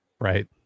Right